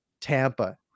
Tampa